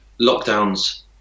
lockdowns